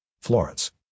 Florence